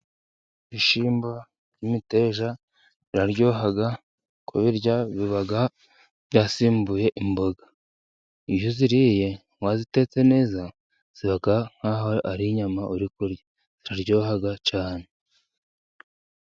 Ibishyimbo by'imiteja biraryoha, kubirya biba byasimbuye imboga. Iyo uziriye wazitetse neza ziba nkaho ari inyama uri kurya, ziraryoha cyane.